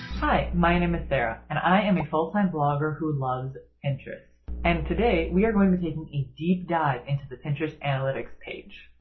hi my name is sarah, and i am a full-time blogger who loves pinterest and today we are going to be taking a deep dive into the pinterest analytics page.